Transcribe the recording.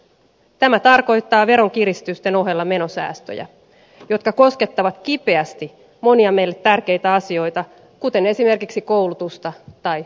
tämä tarkoittaa veronkiristysten ohella menosäästöjä jotka koskettavat kipeästi monia meille tärkeitä asioita kuten esimerkiksi koulutusta tai maanpuolustusta